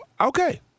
okay